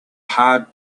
hard